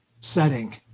setting